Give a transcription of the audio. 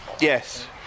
yes